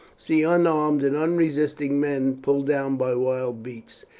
see unarmed and unresisting men pulled down by wild beasts.